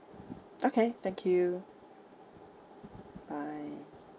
okay thank you bye